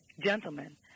Gentlemen